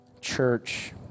Church